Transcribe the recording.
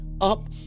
up